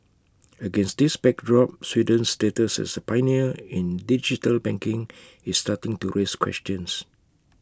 against this backdrop Sweden's status as A pioneer in digital banking is starting to raise questions